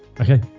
Okay